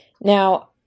now